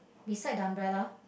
beside the umbrella